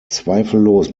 zweifellos